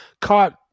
caught